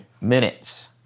minutes